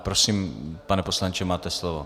Prosím, pane poslanče, máte slovo.